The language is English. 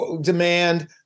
Demand